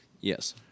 yes